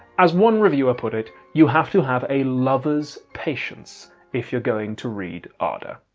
as one reviewer put it, you have to have a lover's patience if you're going to read ada.